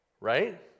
right